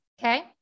Okay